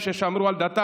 ששמרו על דתם